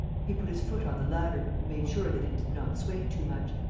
he put his foot on the ladder and made sure that it did not sway too much.